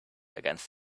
against